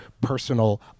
personal